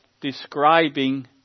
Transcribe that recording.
describing